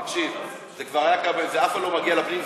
תקשיב, זה אף פעם לא מגיע לפנים.